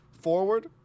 Forward